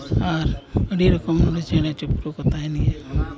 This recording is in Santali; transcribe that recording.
ᱟᱨ ᱟᱹᱰᱤ ᱨᱚᱠᱚᱢ ᱪᱮᱬᱮ ᱪᱤᱯᱨᱩᱫ ᱠᱚ ᱛᱟᱦᱮᱱ ᱜᱮᱭᱟ